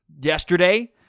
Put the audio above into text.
yesterday